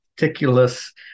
meticulous